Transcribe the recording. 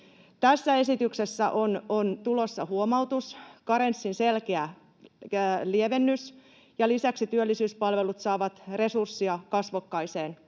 Tässä esityksessä on tulossa huomautus, karenssin selkeä lievennys, ja lisäksi työllisyyspalvelut saavat resurssia kasvokkaiseen